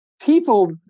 people